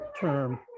term